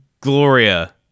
gloria